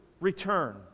return